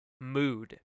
mood